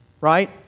Right